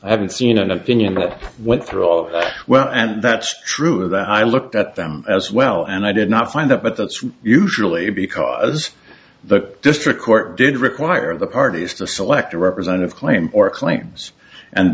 i haven't seen an opinion that went through all that well and that's true that i looked at them as well and i did not find that but that's usually because the district court did require the parties to select a representative claim or claims and